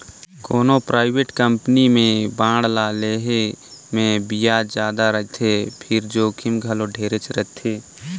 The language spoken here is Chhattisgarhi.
कोनो परइवेट कंपनी के बांड ल लेहे मे बियाज जादा रथे फिर जोखिम घलो ढेरेच रथे